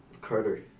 Carter